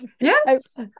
yes